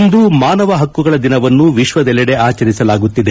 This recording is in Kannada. ಇಂದು ಮಾನವ ಹಕ್ಲುಗಳ ದಿನವನ್ನು ವಿಶ್ವದೆಲ್ಲೆದೆ ಆಚರಿಸಲಾಗುತ್ತಿದೆ